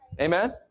Amen